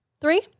Three